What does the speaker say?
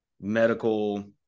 medical